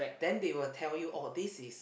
then they will tell you oh this is